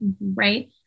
right